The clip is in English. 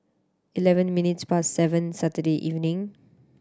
eleven minutes past seven Saturday evening